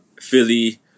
philly